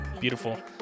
beautiful